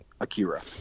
akira